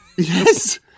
Yes